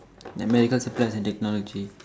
like medical supplies and technology